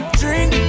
drink